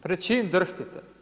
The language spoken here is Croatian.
Pred čim drhtite?